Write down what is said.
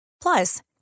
Plus